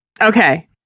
Okay